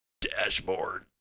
dashboard